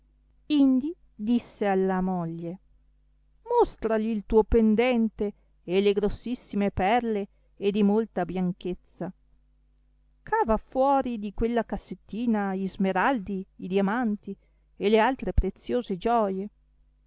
indi disse alla moglie mostrali il tuo pendente e le grossissime perle e di molta bianchezza cava fuori di quella cassettina i smeraldi i diamanti e le altre preziose gioie